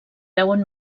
veuen